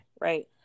Right